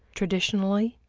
traditionally,